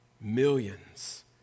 Millions